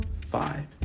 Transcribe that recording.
five